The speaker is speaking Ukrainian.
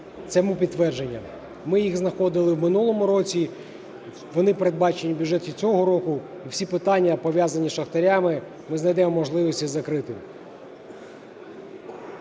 цьому підтвердження. Ми їх знаходили в минулому році, вони передбачені у бюджеті цього року, і всі питання, пов'язані з шахтарями, ми знайдемо можливість їх закрити.